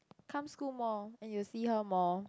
come school more and you will see her more